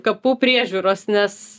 kapų priežiūros nes